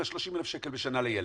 אלא 30,000 שקל בשנה לילד.